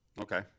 Okay